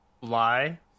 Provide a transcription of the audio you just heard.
lie